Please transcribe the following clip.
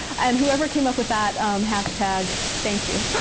and whoever came up with that hashtag, thank you.